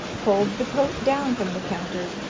pulled the coat down from the counter,